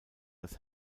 das